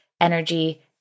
energy